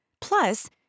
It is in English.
Plus